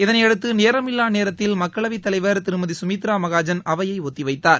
இதனையடுத்து நேரமில்லா நேரத்தில் மக்களவைத் தலைவர் திருமதி சுமித்ரா மகாஜன் அவையை ஒத்தி வைத்தார்